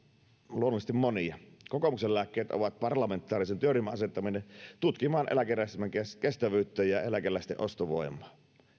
luonnollisesti monia kokoomuksen lääkkeet ovat parlamentaarisen työryhmän asettaminen tutkimaan eläkejärjestelmän kestävyyttä ja eläkeläisten ostovoimaa